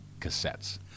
cassettes